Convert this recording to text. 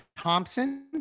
Thompson